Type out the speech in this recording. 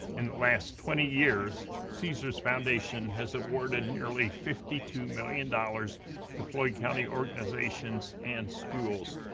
in the last twenty years, caesars foundation has awarded nearly fifty two million dollars to floyd county organizations and schools,